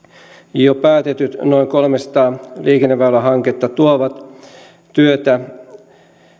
jo päätetyt noin kolmesataa liikenneväylähanketta tuovat työtä